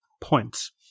points